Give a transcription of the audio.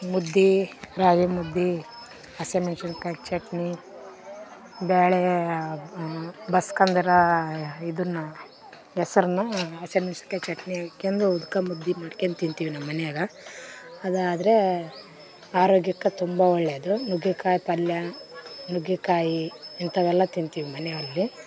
ಮುದ್ದೆ ರಾಗಿ ಮುದ್ದೆ ಹಸಿಮೆಣ್ಶಿನ್ಕಾಯಿ ಚಟ್ನಿ ಬೇಳೆ ಬಸ್ಕೊಂಡ್ರಾ ಇದನ್ನು ಹೆಸ್ರನ್ನ ಹಸೆಮೆಣ್ಶಿನ್ಕಾಯಿ ಚಟ್ನಿ ಹಾಕೆಂದು ಉದಕಾ ಮುದ್ದೆ ಮಾಡ್ಕೆಂಡು ತಿಂತೀವಿ ನಮ್ಮ ಮನೆಯಾಗ ಅದಾದ್ರೇ ಆರೋಗ್ಯಕ್ಕೆ ತುಂಬ ಒಳ್ಳೇದು ನುಗ್ಗೆಕಾಯಿ ಪಲ್ಯ ನುಗ್ಗೆಕಾಯಿ ಇಂಥವೆಲ್ಲ ತಿಂತೀವಿ ಮನೆಯಲ್ಲಿ